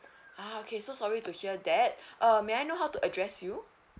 ah okay so sorry to hear that uh may I know how to address you